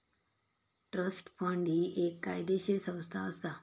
trust fund ही एक कायदेशीर संस्था असा